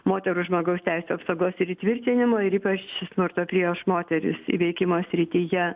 moterų žmogaus teisių apsaugos ir įtvirtinimo ir ypač smurto prieš moteris įveikimo srityje